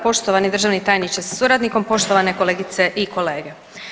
Poštovani državni tajniče sa suradnikom, poštovane kolegice i kolege.